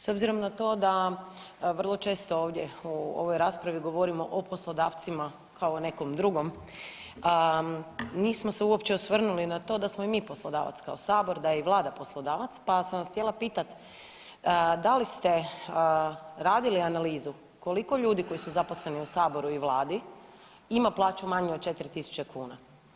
S obzirom na to da vrlo često ovdje u ovoj raspravi govorimo o poslodavcima kao nekom drugom, nismo se uopće osvrnuli na to da smo i mi poslodavac kao Sabor, da je i Vlada poslodavac, pa sam vas htjela pitati da li ste radili analizu, koliko ljudi koji su zaposleni u Saboru i Vladi ima plaću manju od 4 tisuće kuna?